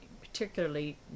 particularly